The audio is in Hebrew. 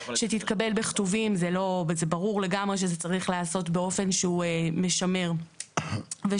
שתתקבל בכתובים וברור לגמרי שזה צריך להיעשות באופן שהוא משמר ושומר.